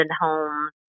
homes